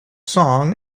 song